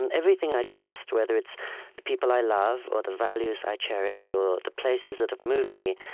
and everything i trust, whether it's the people i love or the values i cherish or the places that have moved me